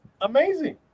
amazing